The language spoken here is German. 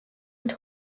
mit